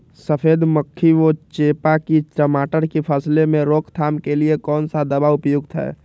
सफेद मक्खी व चेपा की टमाटर की फसल में रोकथाम के लिए कौन सा दवा उपयुक्त है?